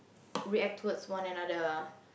react towards one another